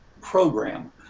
program